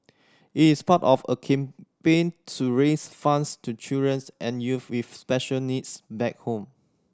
it is part of a campaign to raise funds to children's and youth with special needs back home